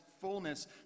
fullness